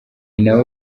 nabo